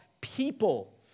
people